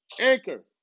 Anchor